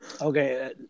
Okay